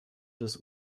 des